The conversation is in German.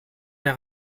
der